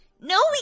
No